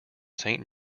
saint